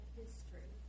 history